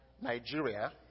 Nigeria